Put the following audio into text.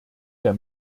der